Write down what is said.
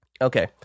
Okay